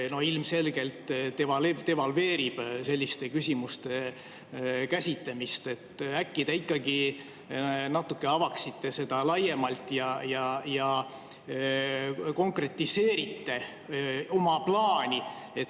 ilmselgelt devalveerib selliste küsimuste käsitlemist. Äkki te ikkagi natuke avate seda laiemalt ja konkretiseerite oma plaani, et